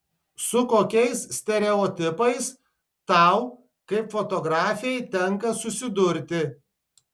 su kokiais stereotipais tau kaip fotografei tenka susidurti